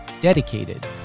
dedicated